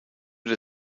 der